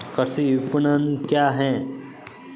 कृषि विपणन क्या है?